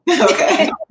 Okay